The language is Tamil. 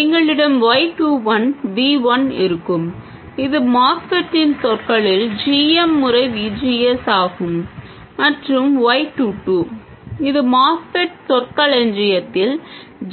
எங்களிடம் y 2 1 V 1 இருக்கும் இது MOSFET இன் சொற்களில் g m முறை V G S ஆகும் மற்றும் y 2 2 இது MOSFET சொற்களஞ்சியத்தில்